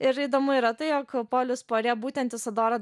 ir įdomu yra tai jog polis puarė būtent isadorą